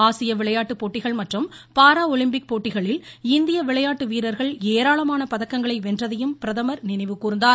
ஆசிய விளையாட்டுப் போட்டிகள் மற்றும் பாராஒலிம்பிக் போட்டிகளில் இந்திய விளையாட்டு வீரர்கள் ஏராளமான பதக்கங்களை வென்றதையும் பிரதமர் நினைவு கூர்ந்தார்